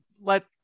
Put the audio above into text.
let